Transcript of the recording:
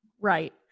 Right